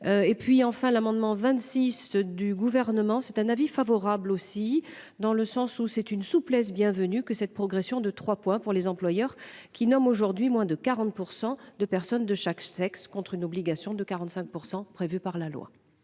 Et puis enfin l'amendement 26 du gouvernement. C'est un avis favorable aussi dans le sens où c'est une souplesse bienvenue que cette progression de 3 pour les employeurs qui nomme aujourd'hui moins de 40% de personnes de chaque sexe contre une obligation de 45% prévus par la loi.